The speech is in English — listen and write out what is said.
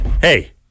hey